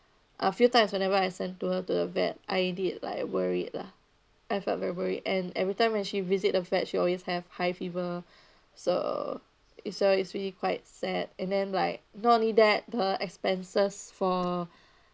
uh few times whenever I send to her to the vet I did like worried lah I felt very worried and every time when she visit a vet she always have high fever so it's so it's really quite sad and then like not only that the expenses for